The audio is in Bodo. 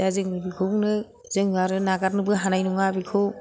दा जों बेखौनो जों आरो नागारनोबो हानाय नङा बेखौ